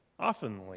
Oftenly